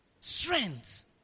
Strength